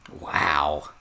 Wow